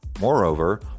Moreover